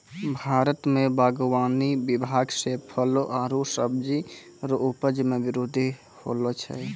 भारत मे बागवानी विभाग से फलो आरु सब्जी रो उपज मे बृद्धि होलो छै